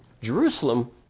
Jerusalem